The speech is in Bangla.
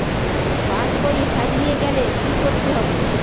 পাশবই হারিয়ে গেলে কি করতে হবে?